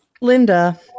Linda